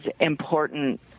important